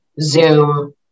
zoom